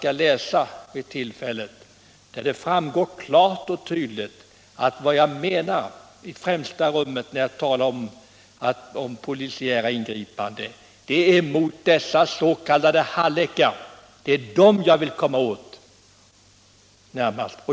Av det framgår klart och tydligt att jag genom polisingripanden främst vill komma åt de s.k. hallickarna.